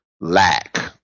lack